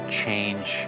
change